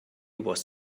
was